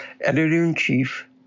Editor-in-Chief